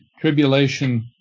tribulation